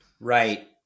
Right